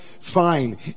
Fine